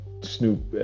snoop